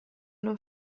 non